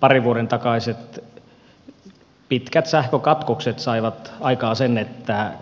parin vuoden takaiset pitkät sähkökatkokset saivat aikaan sen että